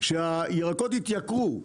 שהירקות התייקרו.